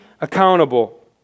accountable